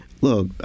Look